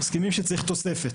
כולם מסכימים שצריך תוספת.